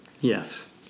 Yes